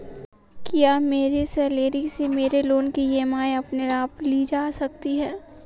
क्या मेरी सैलरी से मेरे लोंन की ई.एम.आई अपने आप ली जा सकती है?